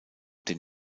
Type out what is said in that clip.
den